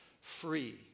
free